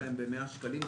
שקלים.